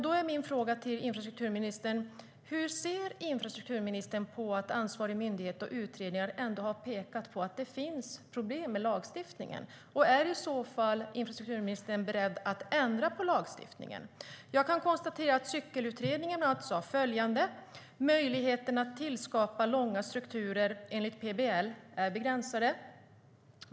Då är min fråga till infrastrukturministern: Hur ser infrastrukturministern på att ansvarig myndighet och utredningar ändå har pekat på att det finns problem med lagstiftningen? Är infrastrukturministern beredd att ändra lagstiftningen? Cyklingsutredningen sa följande: Möjligheterna att tillskapa långa strukturer enligt PBL är begränsade.